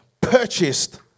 purchased